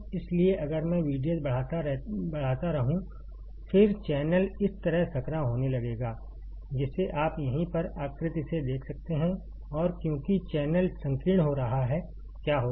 इसलिए अगर मैं VDS बढ़ाता रहूं फिर चैनल इस तरह संकरा होने लगेगा जिसे आप यहीं पर आकृति से देख सकते हैं और क्योंकि चैनल संकीर्ण हो रहा है क्या होगा